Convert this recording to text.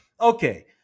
Okay